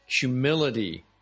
humility